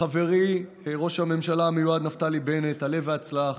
לחברי ראש הממשלה המיועד נפתלי בנט, עלה והצלח,